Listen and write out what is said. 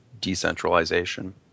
decentralization